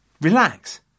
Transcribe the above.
relax